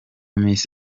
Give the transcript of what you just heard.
miss